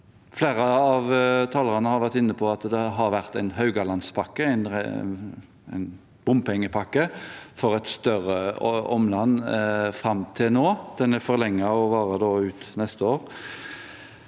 Flere av talerne har vært inne på at det har vært en bompengepakke, Haugalandspakken, for et større omland fram til nå. Den er forlenget og varer ut neste år.